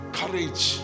courage